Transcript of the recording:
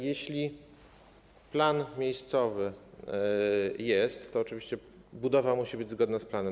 Jeśli plan miejscowy jest, to oczywiście budowa musi być zgodna z planem.